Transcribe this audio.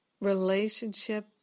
relationship